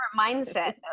mindset